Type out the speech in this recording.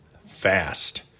fast